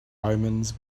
omens